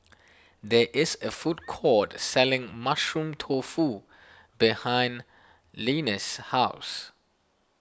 there is a food court selling Mushroom Tofu behind Linus' house